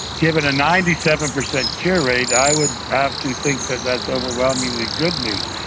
given a ninety seven percent cure rate i would have to think that that's overwhelmingly good news.